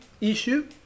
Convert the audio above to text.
issue